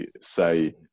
say